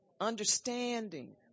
understanding